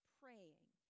praying